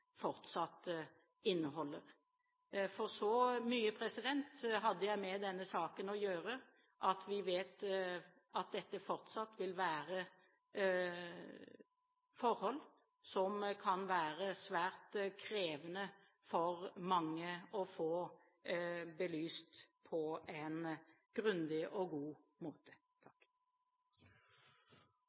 fortsatt inneholder. For så mye hadde jeg med denne saken å gjøre at jeg vet at dette fortsatt vil være forhold som kan være svært krevende for mange å få belyst på en grundig og god måte.